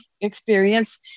experience